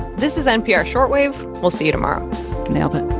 this is npr short wave. we'll see you tomorrow nailed it